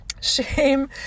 Shame